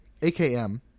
AKM